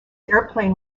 airplane